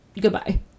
Goodbye